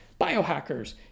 biohackers